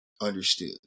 Understood